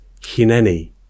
Hineni